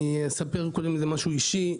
אני אספר קודם משהו אישי.